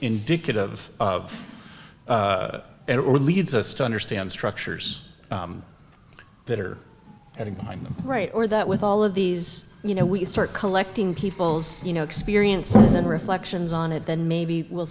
indicative of it or leads us to understand structures that are having to find the right or that with all of these you know we start collecting people's you know experiences and reflections on it then maybe we'll